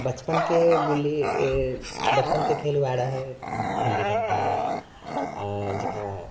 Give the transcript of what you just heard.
बचपनके गुल्ली बचपनके खेल ओएह रहै गुल्ली डण्टा जकरा